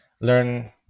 learn